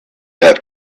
have